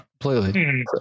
Completely